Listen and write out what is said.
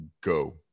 go